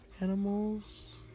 animals